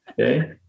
Okay